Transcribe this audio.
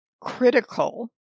critical